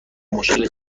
مشکل